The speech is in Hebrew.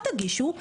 אל תגישו,